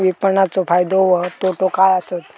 विपणाचो फायदो व तोटो काय आसत?